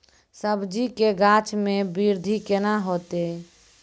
सब्जी के गाछ मे बृद्धि कैना होतै?